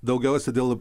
daugiausia dėl